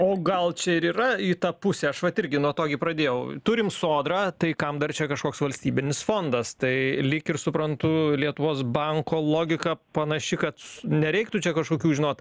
o gal čia ir yra į tą pusę aš vat irgi nuo to gi pradėjau turime sodrą tai kam dar čia kažkoks valstybinis fondas tai lyg ir suprantu lietuvos banko logika panaši kad nereiktų čia kažkokių žinot